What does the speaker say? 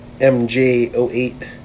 MJ08